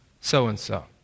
so-and-so